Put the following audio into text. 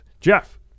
jeff